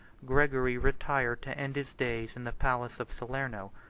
gregory retired to end his days in the palace of salerno.